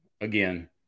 again